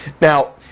Now